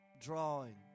drawing